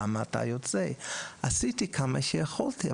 למה אתה יוצא?"; עשיתי כמה שיכולתי,